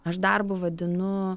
aš darbu vadinu